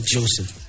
Joseph